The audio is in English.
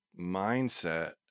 mindset